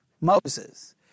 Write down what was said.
Moses